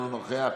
אינו נוכח,